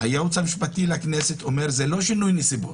אבל הייעוץ המשפטי לכנסת אומר שזה לא שינוי נסיבות.